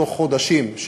תוך חודשים,